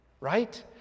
right